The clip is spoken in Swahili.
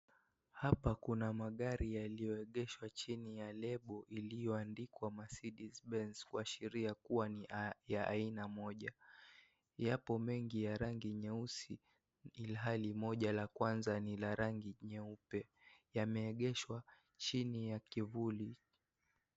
Hapa kuna magari yaliyoegeshwa chini ya lebo iliyoandikwa "Mercedes Benz " kuashiria kuwa ni ya aina moja. Yapo mengi ya rangi nyeusi ilhali moja la kwanza ni la rangi nyeupe. Yameegeshwa chini ya kivuli.